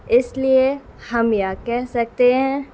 اس لیے ہم یا کہہ سکتے ہیں